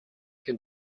can